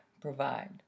provide